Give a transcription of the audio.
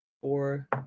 four